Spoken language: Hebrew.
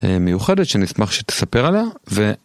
מיוחדת שנשמח שתספר עליה ו.